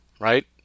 right